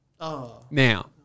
Now